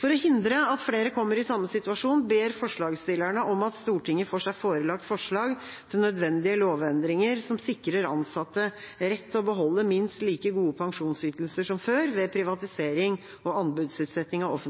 For å hindre at flere kommer i samme situasjon, ber forslagsstillerne om at Stortinget får seg forelagt forslag til nødvendige lovendringer som sikrer ansatte rett til å beholde minst like gode pensjonsytelser som før ved privatisering og